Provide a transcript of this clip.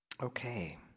Okay